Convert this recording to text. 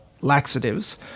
laxatives